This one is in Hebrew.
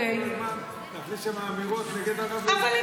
מכוונים כל הזמן להכניס שם אמירות נגד ערבים.